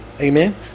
Amen